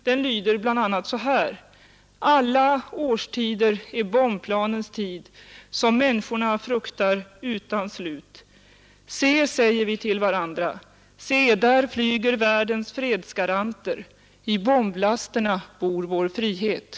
Den lyder bl.a. så här: ”Alla årstider är bombplanens tid som männskorna fruktar utan slut. Se, säger vi till varandra, se där flyger världens fredsgaranter i bomblasterna bor vår frihet!